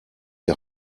die